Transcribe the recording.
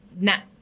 now